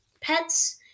pets